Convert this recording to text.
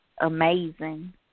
amazing